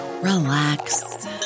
Relax